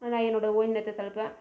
நான் என்னோடய ஒய்வு நேரத்தை செலப்பேன்